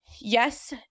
yes